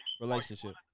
relationship